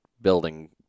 building